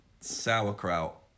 sauerkraut